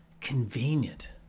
convenient